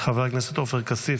חבר הכנסת עופר כסיף,